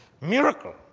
miracle